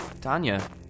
Tanya